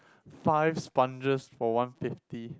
five sponges for one fifty